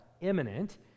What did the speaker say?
imminent